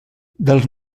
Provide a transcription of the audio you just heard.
dels